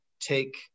take